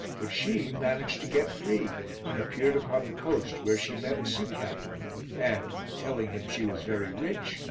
but she managed to get free and appeared upon the coast where she met a sea-captain and, telling him she was very rich,